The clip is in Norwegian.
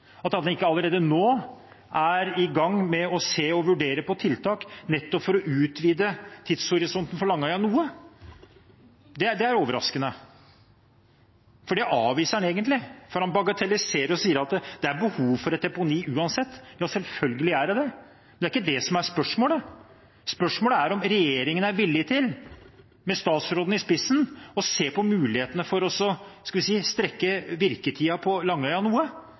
tiltak nettopp for å utvide tidshorisonten for Langøya noe. Det er overraskende. Det avviser han egentlig, for han bagatelliserer og sier at det er behov for et deponi uansett. Ja, selvfølgelig er det det, men det er ikke det som er spørsmålet. Spørsmålet er om regjeringen, med statsråden i spissen, er villig til å se på mulighetene for å strekke virketiden på Langøya noe, nettopp for å få en bedre prosess knyttet til et nytt deponi. Det har han ikke svart på, og det håper jeg statsråden kan svare på.